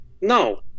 no